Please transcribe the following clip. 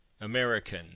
American